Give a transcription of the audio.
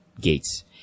gates